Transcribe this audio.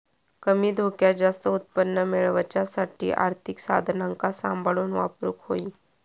कमी धोक्यात जास्त उत्पन्न मेळवच्यासाठी आर्थिक साधनांका सांभाळून वापरूक होई